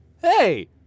Hey